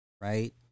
right